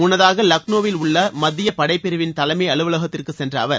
முன்னதாக லக்னோவில் உள்ள மத்தியப்படைப்பிரிவின் தலைமை அலுவலகத்திற்கு சென்ற அவர்